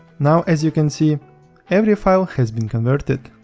now as you can see every file has been converted.